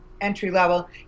entry-level